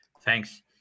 Thanks